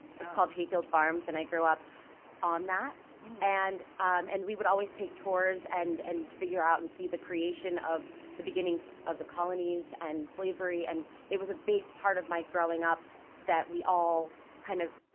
it's called hayfield farms. and i grew up on that and and we would always take tours and and figure out and see the creation of the beginning of the colonies and slavery and it was a big part of my growing up that we all, kind of,